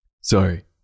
Sorry